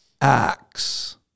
acts